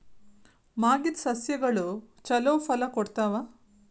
ಮಾಗಿದ್ ಸಸ್ಯಗಳು ಛಲೋ ಫಲ ಕೊಡ್ತಾವಾ?